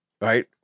Right